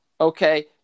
okay